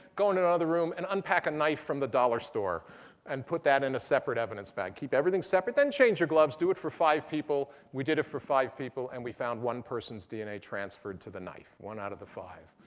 go and in ah another room, and unpack a knife from the dollar store and put that in a separate evidence bag. keep everything separate, then change your gloves. do it for five people. we did it for five people and we found one person's dna transferred to the knife one out of the five.